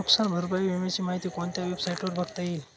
नुकसान भरपाई विम्याची माहिती कोणत्या वेबसाईटवर बघता येईल?